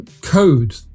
code